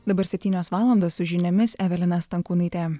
dabar septynios valandos su žiniomis evelina stankūnaitė